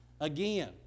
again